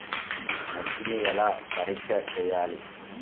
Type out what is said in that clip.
మట్టిని ఎలా పరీక్ష చేయాలి?